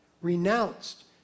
Renounced